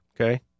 Okay